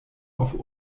auf